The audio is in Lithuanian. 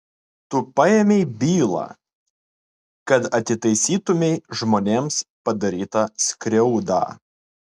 tu paėmei bylą kad atitaisytumei žmonėms padarytą skriaudą